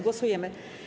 Głosujemy.